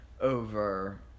over